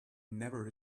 never